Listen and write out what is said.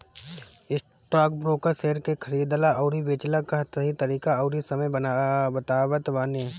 stockbroker share के खरीदला अउरी बेचला कअ सही तरीका अउरी समय बतावत बाने